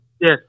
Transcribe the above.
Yes